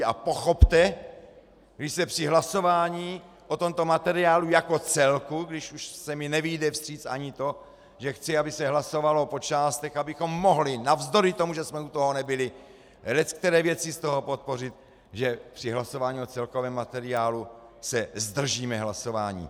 A pochopte, když se mi při hlasování o tomto materiálu jako celku nevyjde vstříc ani tím, že chci, aby se hlasovalo po částech, abychom mohli navzdory tomu, že jsme u toho nebyli, leckteré věci z toho podpořit, že při hlasování o celkovém materiálu se zdržíme hlasování.